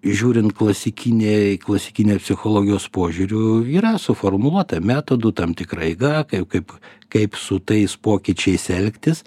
žiūrint klasikinėj klasikinė psichologijos požiūriu yra suformuota metodų tam tikra eiga kaip kaip kaip su tais pokyčiais elgtis